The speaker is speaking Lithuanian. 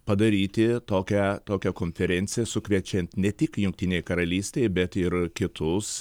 padaryti tokią tokią konferenciją sukviečiant ne tik jungtinėj karalystėj bet ir kitus